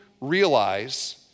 realize